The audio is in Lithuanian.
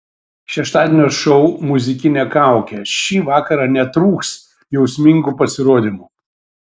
šeštadienio šou muzikinė kaukė šį vakarą netrūks jausmingų pasirodymų